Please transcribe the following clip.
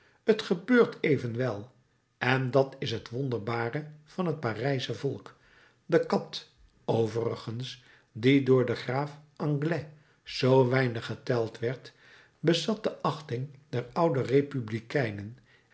t gebeurt evenwel en dat is het wonderbare van het parijsche volk de kat overigens die door den graaf anglès zoo weinig geteld werd bezat de achting der oude republikeinen